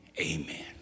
Amen